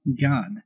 God